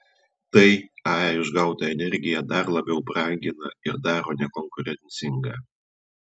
tai ae išgautą energiją dar labiau brangina ir daro nekonkurencingą